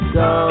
go